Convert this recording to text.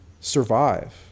survive